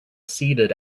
seated